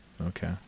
Okay